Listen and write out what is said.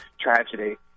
tragedy